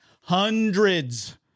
hundreds